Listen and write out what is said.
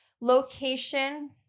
Location